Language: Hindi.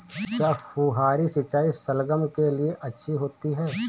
क्या फुहारी सिंचाई शलगम के लिए अच्छी होती है?